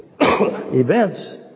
events